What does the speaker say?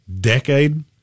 decade